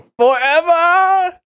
Forever